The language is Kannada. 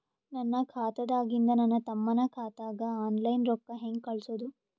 ನನ್ನ ಖಾತಾದಾಗಿಂದ ನನ್ನ ತಮ್ಮನ ಖಾತಾಗ ಆನ್ಲೈನ್ ರೊಕ್ಕ ಹೇಂಗ ಕಳಸೋದು?